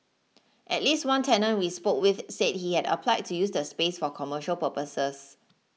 at least one tenant we spoke with said he had applied to use the space for commercial purposes